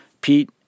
Pete